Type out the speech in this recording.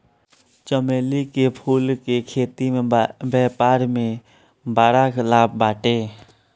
चमेली के फूल के खेती से व्यापार में बड़ा लाभ बाटे